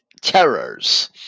terrors